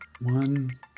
one